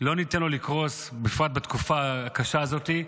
לא ניתן לו לקרוס, בפרט בתקופה הקשה הזאת.